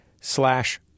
slash